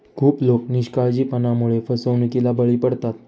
खूप लोक निष्काळजीपणामुळे फसवणुकीला बळी पडतात